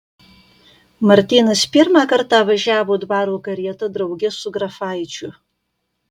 martynas pirmą kartą važiavo dvaro karieta drauge su grafaičiu